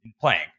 playing